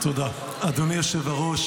אדוני יושב הראש,